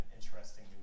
interesting